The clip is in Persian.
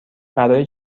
برای